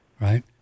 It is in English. right